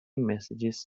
messages